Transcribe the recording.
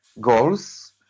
goals